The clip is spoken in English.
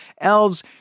elves